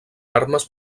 armes